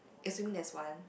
assuming there's one